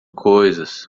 coisas